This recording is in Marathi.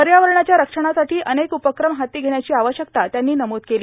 पर्यावरणाच्या रक्षणासाठी अनेक उपक्रम हाती घेण्याची आवश्यकता त्यांनी नमूद केली